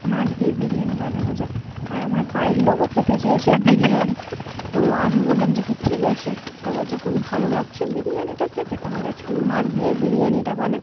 মাছ দিয়ে বিরিয়ানি বানানো যাক আর আমার বাড়ির লোকও খেতে চেয়েছে বিরিয়ানি তো আমি বললাম যে কী ঠিক আছে সবার যখন ভালো লাগছে বিরিয়ানিটা খেতে তাহলে আজকে আমি মাছ দিয়েই বিরিয়ানিটা বানাই